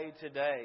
today